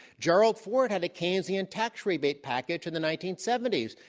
gerald ford had a keynesian tax rebate package in the nineteen seventy s.